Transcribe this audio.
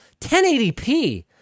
1080p